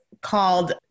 called